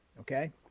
okay